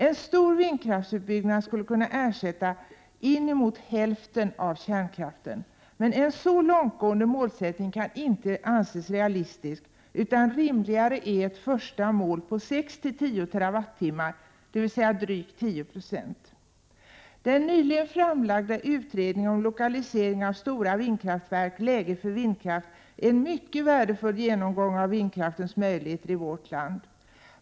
En stor vindkraftsutbyggnad skulle kunna ersätta inemot hälften av kärnkraften. Men en så långtgående målsättning kan inte anses realistisk, utan rimligare är ett första mål på 6-10 TWh, dvs. drygt 10 96. verk, Läge för vindkraft, är en mycket värdefull genomgång.av vindkraftens möjligheter i vårt land.